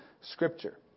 Scripture